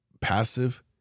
passive